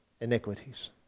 iniquities